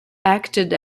acted